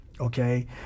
Okay